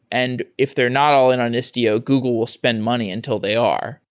and if they're not all-in on istio, google will spend money until they are.